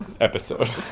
episode